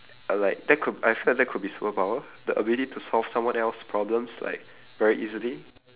uh like that could I felt that could be superpower the ability to solve someone else's problems like very easily